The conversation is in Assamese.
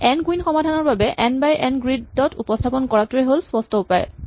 এন কুইন সমাধানৰ বাবে এন বাই এন গ্ৰীড ত উপস্হাপন কৰাটোৱেই স্পষ্ট উপায় হ'ব